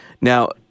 Now